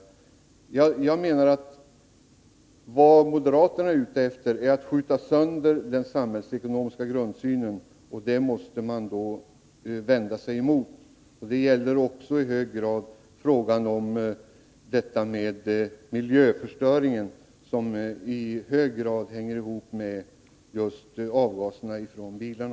Vad moderaterna är ute efter är att skjuta sönder den samhällsekonomiska grundsynen, och det måste man vända sig emot. Det gäller också frågan om 187 miljöförstöringen, som i hög grad hänger ihop med just avgaserna från bilarna.